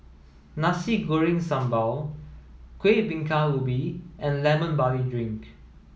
Nasi Goreng Sambal Kuih Bingka Ubi and lemon barley drink